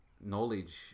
knowledge